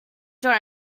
draw